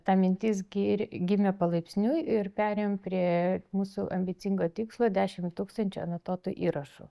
ta mintis gir gimė palaipsniui ir perėjom prie mūsų ambicingo tikslo dešim tūkstančių anotuotų įrašų